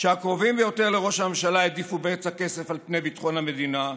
שהקרובים ביותר לראש הממשלה העדיפו בצע כסף על פני ביטחון המדינה,